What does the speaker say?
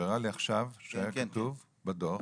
הוא הראה לי עכשיו שכתוב בדוח